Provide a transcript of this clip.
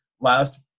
last –